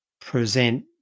present